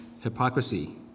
hypocrisy